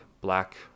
black